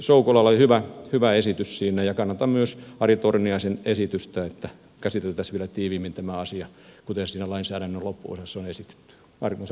soukolalla oli hyvä esitys siinä ja kannatan myös ari torniaisen esitystä että käsiteltäisiin vielä tiiviimmin tämä asia kuten siinä lainsäädännön loppuosassa on esitetty